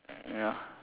ya